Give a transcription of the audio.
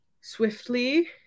swiftly